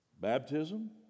baptism